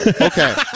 Okay